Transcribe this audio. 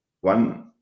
one